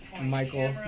Michael